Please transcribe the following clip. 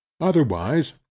otherwise